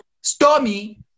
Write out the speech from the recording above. Stormy